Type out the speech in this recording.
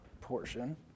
portion